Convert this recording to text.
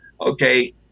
okay